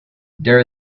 there